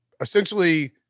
essentially